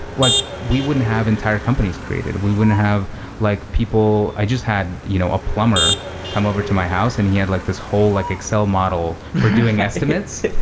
like we wouldn't have entire companies created. we wouldn't have like people i just had you know a plumber come over to my house and he had like this whole like excel model for doing estimates.